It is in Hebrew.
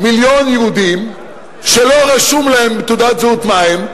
מיליון יהודים שלא רשום להם בתעודת זהות מה הם,